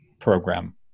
program